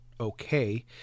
okay